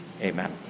amen